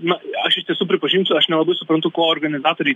na aš iš tiesų pripažinsiu aš nelabai suprantu ko organizatoriai